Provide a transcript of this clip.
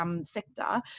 sector